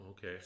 okay